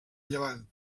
llevant